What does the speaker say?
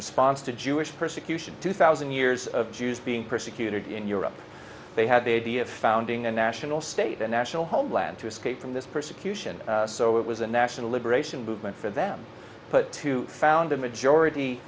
response to jewish persecution two thousand years of jews being persecuted in europe they had the idea of founding a national state a national homeland to escape from this persecution so it was a national liberation movement for them but to found a majority